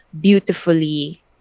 beautifully